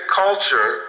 culture